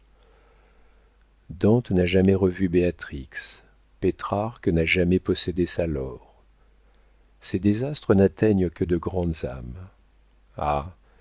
dante n'a jamais revu béatrix pétrarque n'a jamais possédé sa laure ces désastres n'atteignent que de grandes âmes ah